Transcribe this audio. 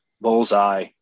bullseye